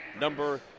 number